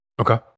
Okay